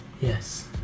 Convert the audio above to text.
yes